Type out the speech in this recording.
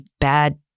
bad